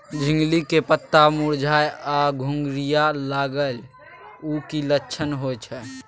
झिंगली के पत्ता मुरझाय आ घुघरीया लागल उ कि लक्षण होय छै?